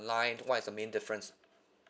online what is the main difference